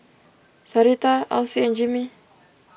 Sarita Alcee and Jimmie